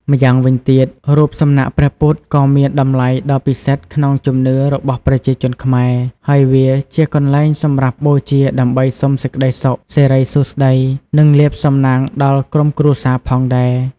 ម្យ៉ាងវិញទៀត រូបសំណាកព្រះពុទ្ធក៏មានតម្លៃដ៏ពិសិដ្ឋក្នុងជំនឿរបស់ប្រជាជនខ្មែរ ហើយវាជាកន្លែងសម្រាប់បូជាដើម្បីសុំសេចក្តីសុខ សិរីសួស្តី និងលាភសំណាងដល់ក្រុមគ្រួសារផងដែរ។